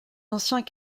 anciens